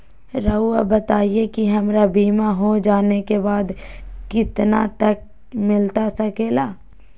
रहुआ बताइए कि हमारा बीमा हो जाने के बाद कितना तक मिलता सके ला?